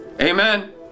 Amen